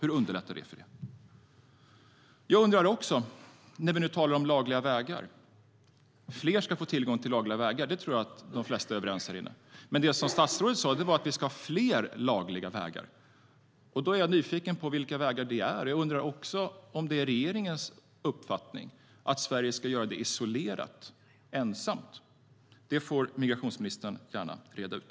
Vi talar nu om att fler ska få tillgång till lagliga vägar in. Det är de flesta här inne överens om. Men statsrådet sa att det ska finnas fler lagliga vägar. Då är jag nyfiken på vilka vägarna är. Jag undrar också om det är regeringens uppfattning att Sverige ska införa dessa vägar isolerat och ensamt. Det får migrationsministern gärna reda ut.